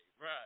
Right